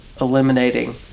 eliminating